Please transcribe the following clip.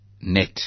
net